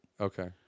Okay